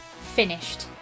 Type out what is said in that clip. finished